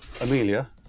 Amelia